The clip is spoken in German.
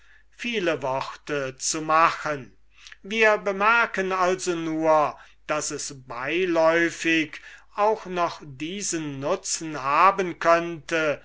viele worte zu machen wir bemerken also nur daß es beiläufig auch noch den nutzen haben könnte